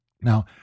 Now